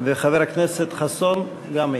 וחבר הכנסת חסון גם איננו.